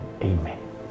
Amen